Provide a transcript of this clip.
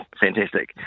fantastic